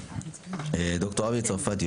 ד"ר אבי צרפתי,